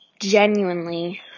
genuinely